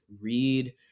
read